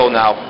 now